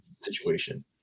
situation